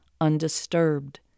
undisturbed